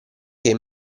che